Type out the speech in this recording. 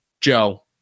Joe